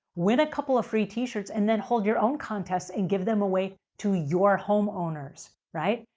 win a couple of free t-shirts, and then hold your own contests, and give them away to your homeowners. right?